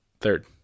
Third